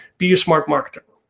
be a smart marketer.